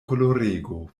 kolerego